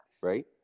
right